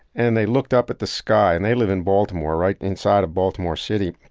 and they looked up at the sky, and they live in baltimore, right inside of baltimore city.